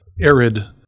arid